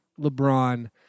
LeBron